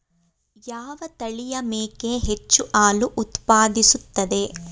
ಯಾವ ತಳಿಯ ಮೇಕೆ ಹೆಚ್ಚು ಹಾಲು ಉತ್ಪಾದಿಸುತ್ತದೆ?